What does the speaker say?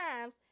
times